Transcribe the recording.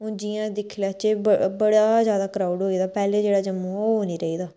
हून जियां दिक्खी लैचै ब बड़ा ज्यादा कराउड होई गेदा पैह्ले जेह्ड़ा जम्मू हा ओह् नी रेह्दा